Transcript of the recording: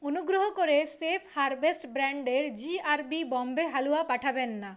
অনুগ্রহ করে safe harvest ব্র্যান্ডের জিআরবি বম্বে হালুয়া পাঠাবেন না